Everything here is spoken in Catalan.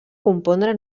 compondre